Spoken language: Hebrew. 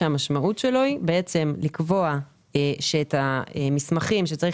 שהמשמעות שלו היא לקבוע שהמסמכים שצריך